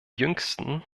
jüngsten